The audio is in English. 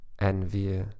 envy